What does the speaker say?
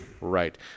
Right